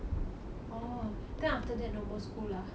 oh then after that no more school lah